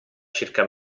circa